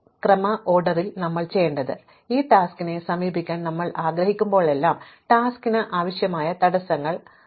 ഏത് ക്രമത്തിലാണ് നാം അത് ചെയ്യേണ്ടത് അങ്ങനെ ഒരു ടാസ്ക്കിനെ സമീപിക്കാൻ ഞങ്ങൾ ആഗ്രഹിക്കുമ്പോഴെല്ലാം ടാസ്കിന് ആവശ്യമായ തടസ്സങ്ങൾ തൃപ്തികരമാണ്